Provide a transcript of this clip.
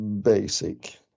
basic